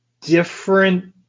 different